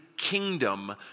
kingdom